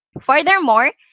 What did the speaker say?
Furthermore